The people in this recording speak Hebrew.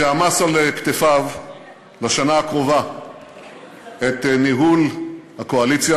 שעמס על כתפיו לשנה הקרובה את ניהול הקואליציה